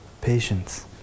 patience